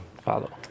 Follow